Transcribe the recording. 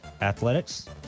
athletics